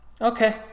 Okay